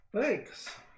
Thanks